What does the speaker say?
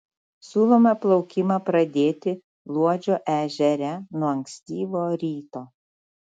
siūloma plaukimą pradėti luodžio ežere nuo ankstyvo ryto